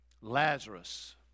Lazarus